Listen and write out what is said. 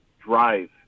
drive